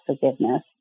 forgiveness